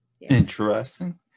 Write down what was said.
interesting